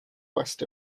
west